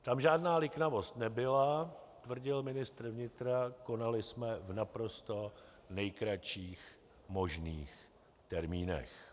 Tam žádná liknavost nebyla, tvrdil ministr vnitra, konali jsme v naprosto nejkratších možných termínech.